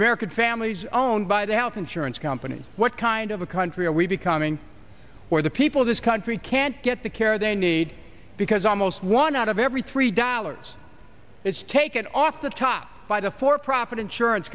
american families owned by the health insurance company what kind of a country are we becoming where the people of this country can't get the care they need because almost one out of every three dollars is taken off the top by the for profit insurance